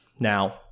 Now